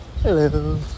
Hello